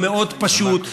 המאוד-פשוט,